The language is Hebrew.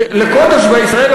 לכל תושבי ישראל.